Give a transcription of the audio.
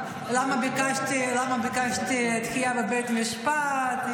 לא יודע מה, למה ביקשתי דחייה בבית משפט.